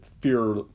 fear